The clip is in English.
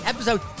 Episode